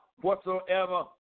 whatsoever